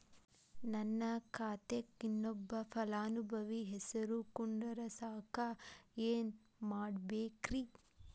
ನನ್ನ ಖಾತೆಕ್ ಇನ್ನೊಬ್ಬ ಫಲಾನುಭವಿ ಹೆಸರು ಕುಂಡರಸಾಕ ಏನ್ ಮಾಡ್ಬೇಕ್ರಿ?